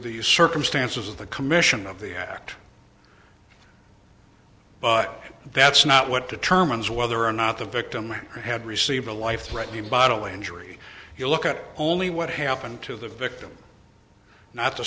the circumstances of the commission of the act but that's not what determines whether or not the victim had received a life threatening bodily injury you look at only what happened to the victim not the